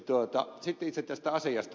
sitten itse tästä asiasta